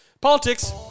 Politics